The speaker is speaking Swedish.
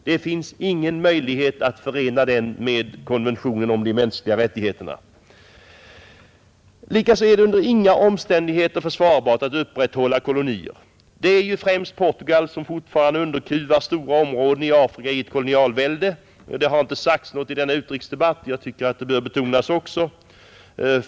Det finns ingen möjlighet att förena denna doktrin med konventionen om de mänskliga rättigheterna, Likaså är det under inga omständigheter försvarbart att upprätthålla kolonier. Det är främst Portugal som fortfarande underkuvar stora områden i Afrika i ett kolonialvälde. Det har inte sagts något om detta i dagens utrikesdebatt, men jag tycker att det bör betonas.